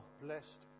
blessed